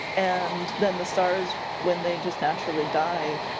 and then the stars, when they just naturally die,